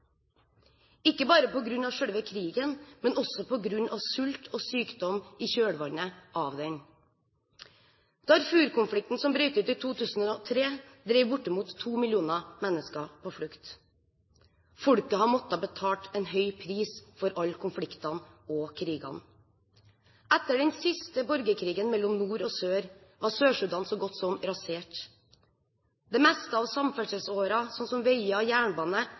ikke bare på grunn av selve krigen, men også på grunn av sult og sykdom i kjølvannet av den. Darfur-konflikten, som brøt ut i 2003, drev bortimot to millioner mennesker på flukt. Folket har måttet betale en høy pris for alle konfliktene og krigene. Etter den siste borgerkrigen mellom nord og sør var Sør-Sudan så godt som rasert. Det meste av samferdselsårene, som veier og jernbane,